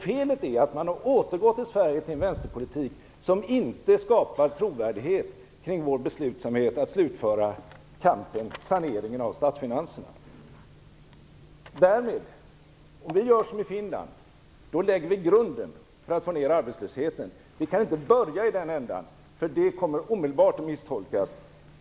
Felet är att vi i Sverige har återgått till en vänsterpolitik som inte skapar trovärdighet kring vår beslutsamhet att slutföra saneringen av statsfinanserna. Om vi gör som man har gjort i Finland, så lägger vi grunden för att få ned arbetslösheten. Vi kan inte börja i den andra änden, för det kommer omedelbart att misstolkas.